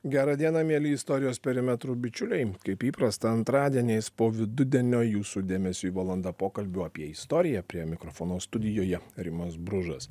gera diena mieli istorijos perimetro bičiuliai kaip įprasta antradieniais po vidudienio jūsų dėmesiui valanda pokalbių apie istoriją prie mikrofono studijoje rimas bružas